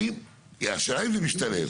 האם, השאלה אם זה משתלב.